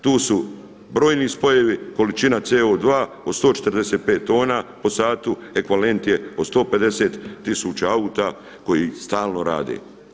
Tu su brojni spojevi, količina CO2 od 145 tona po satu ekvivalent je od 150 000 auta koji stalno rade.